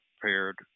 prepared